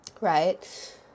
right